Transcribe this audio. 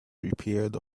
prepared